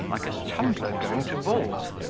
like a tumbler going to vault,